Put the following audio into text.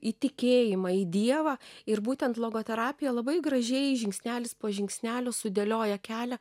į tikėjimą į dievą ir būtent logoterapija labai gražiai žingsnelis po žingsnelio sudėlioja kelią